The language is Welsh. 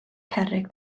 cerrig